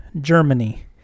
Germany